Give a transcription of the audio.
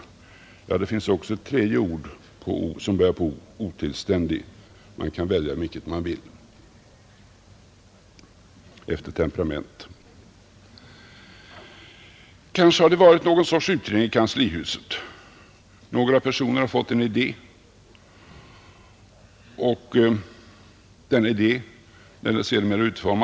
Ja, det finns också ett tredje ord, som börjar med o-, nämligen otillständig. Man kan alltefter temperament välja vilket man vill, Kanske har det varit någon sorts utredning i kanslihuset. Några personer har fått en idé, som sedermera har tagit form.